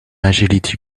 agility